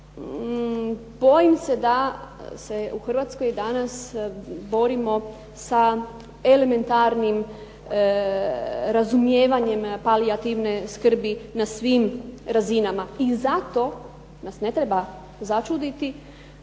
Bojim se da se u Hrvatskoj danas borimo sa elementarnim razumijevanjem palijativne skrbi na svim razinama i zato nas ne treba začuditi